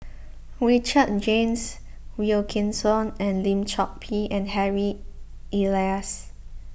Richard James Wilkinson and Lim Chor Pee and Harry Elias